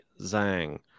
Zhang